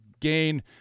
gain